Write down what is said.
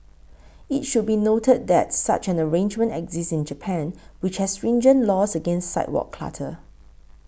it should be noted that such an arrangement exists in Japan which has stringent laws against sidewalk clutter